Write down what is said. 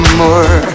more